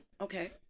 Okay